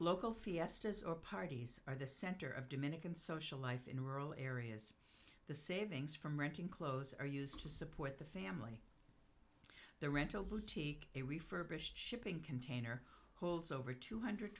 or parties are the center of dominican social life in rural areas the savings from renting clothes are used to support the family the rental boutique a refurbished shipping container holds over two hundred